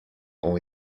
ont